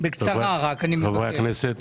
חברי הכנסת,